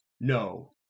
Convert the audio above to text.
No